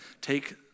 take